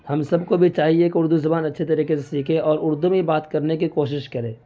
ہم سب کو بھی چاہیے کہ اردو زبان اچھے طریقے سے سیکھیں اور اردو میں بات کرنے کی کوشش کرے